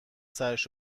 سرش